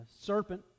serpent